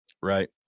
Right